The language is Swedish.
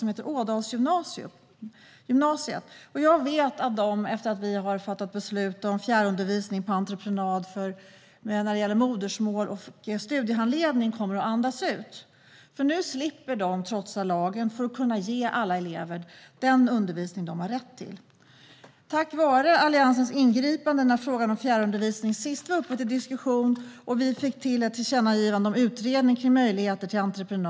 Jag vet att de kommer att andas ut efter att vi fattat beslut om fjärrundervisning på entreprenad när det gäller modersmålsundervisning och studiehandledning. Nu slipper de trotsa lagen för att kunna ge alla elever den undervisning de har rätt till. När frågan om fjärrundervisning senast var uppe för diskussion fick Alliansen till ett tillkännagivande om utredning av möjligheten till entreprenad.